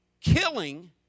killing